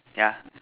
yeah